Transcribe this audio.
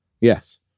Yes